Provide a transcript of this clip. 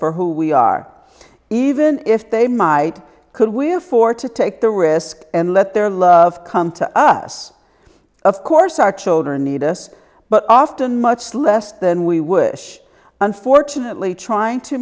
for who we are even if they might could we afford to take the risk and let their love come to us of course our children need us but often much less than we would unfortunately trying to